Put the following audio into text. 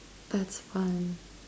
that's fun